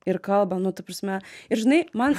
ir kalba nu ta prasme ir žinai man